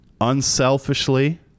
unselfishly